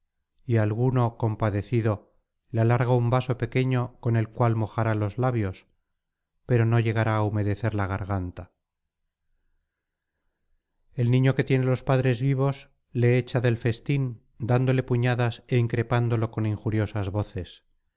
y alguno compadecido le alarga un vaso pequeño con el cual mojará los labios pero no llegará á humedecer la garganta el niño que tiene los padres vivos le echa del festín dándole puñadas é increpándolo con injuriosas voces